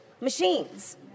machines